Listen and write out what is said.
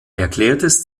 erklärtes